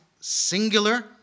singular